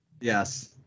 Yes